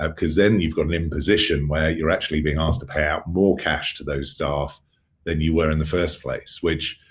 um because then you've got an imposition where you're actually being asked to pay out more cash to those staff than you were in the first place which,